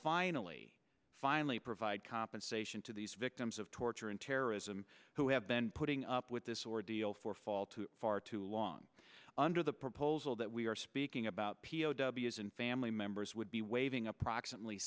finally finally provide compensation to these victims of torture and terrorism who have been putting up with this ordeal for fall too far too long under the proposal that we are speaking about p o w s and family members would be waiving approximately